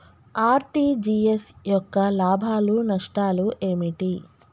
RTGS యొక్క లాభాలు నష్టాలు ఏమిటి?